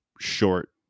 short